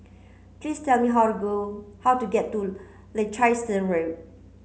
please tell me how to go how to get to Road